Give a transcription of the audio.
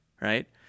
right